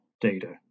data